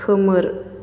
खोमोर